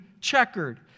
checkered